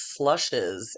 slushes